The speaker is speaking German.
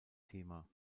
thema